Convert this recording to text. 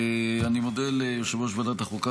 אני מודה ליושב-ראש ועדת החוקה,